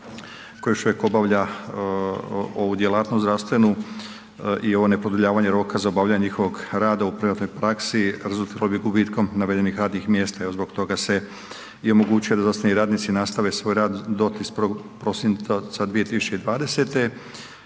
koju još uvijek obavljaju ovu djelatnost zdravstvenu i ovo ne produljavanje roka za obavljanje njihovog rada u privatnoj praksi rezultiralo bi gubitkom navedenih radnih mjesta i evo zbog toga se omogućuje da zdravstveni radnici nastave svoj rad do 31. prosinca 2020.